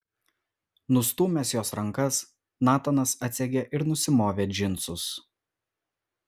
nustūmęs jos rankas natanas atsegė ir nusimovė džinsus